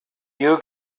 you